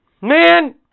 Man